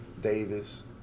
Davis